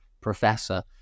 professor